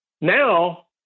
Now